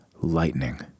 lightning